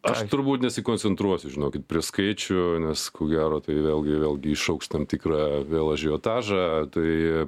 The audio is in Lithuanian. aš turbūt nesikoncentruosiu žinokit prie skaičių nes ko gero tai vėlgi vėlgi iššauks tam tikrą vėl ažiotažą tai